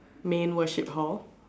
main worship hall